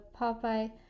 Popeye